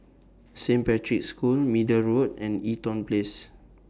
Saint Patrick's School Middle Road and Eaton Place